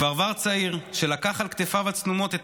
גברבר צעיר שלקח על כתפיו הצנומות את